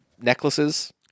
necklaces